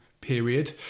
period